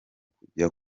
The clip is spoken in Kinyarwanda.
kujya